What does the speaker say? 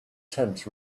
tent